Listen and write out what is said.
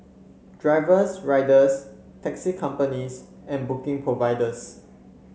drivers riders taxi companies and booking providers